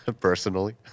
Personally